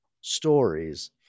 stories